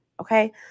Okay